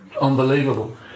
unbelievable